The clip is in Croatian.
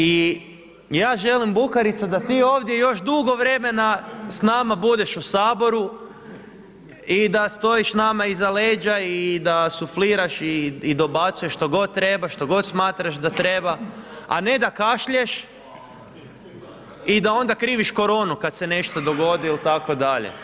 I ja želim Bukarica da ti ovdje još dugo vremena s nama budeš u Saboru, i da stojiš nama iza leđa, i da sufliraš, i dobacuješ što god treba, što god smatraš da treba, a ne da kašlješ, i da onda kriviš koronu kad se nešto dogodi ili tako dalje.